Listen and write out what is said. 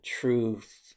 truth